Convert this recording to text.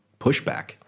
pushback